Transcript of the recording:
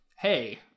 hey